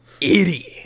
idiot